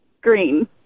green